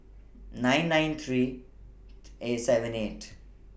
nine nine nine eight seven eight